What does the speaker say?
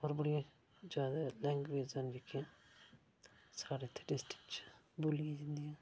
पर बड़ियां ज्यादा लैंग्वेजां न जेह्कियां साढ़ै इत्थे डिस्ट्रिकट च बोलियां जंदियां